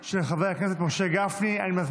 של חבר הכנסת משה גפני וקבוצת חברי הכנסת,